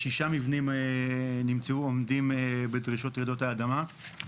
שישה מבנים נמצאו עומדים בדרישות רעידות האדמה.